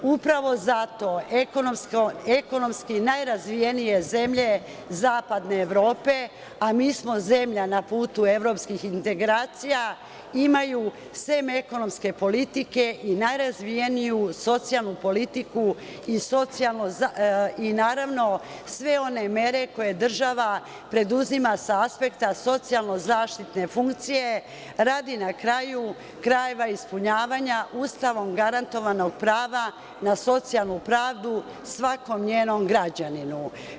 Upravo zato, ekonomski najrazvijenije zemlje zapadne Evrope, a mi smo zemlja na putu evropskih integracija, imaju osim ekonomske politike i najrazvijeniju socijalnu politiku i sve one mere koje država preduzima sa aspekta socijalno zaštitne funkcije, radi na kraju krajeva, ispunjavanja Ustavom garantovanog prava na socijalnu pravdu svakom njenom građaninu.